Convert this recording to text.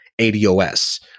ADOS